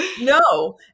No